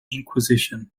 inquisition